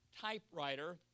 typewriter